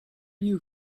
you